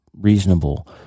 reasonable